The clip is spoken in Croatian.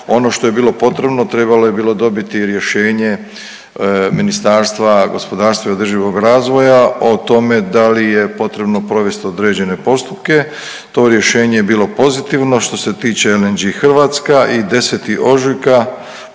Ono što je bilo potrebno trebalo je bilo dobiti rješenje Ministarstva gospodarstva i održivog razvoja o tome da li je potrebno provesti određene postupke. To rješenje je bilo pozitivno što se tiče LNG Hrvatska i 10. ožujka